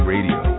Radio